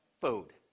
Food